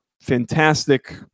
fantastic